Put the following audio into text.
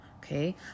Okay